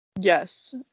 Yes